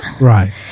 Right